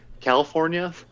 California